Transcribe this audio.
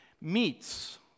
meets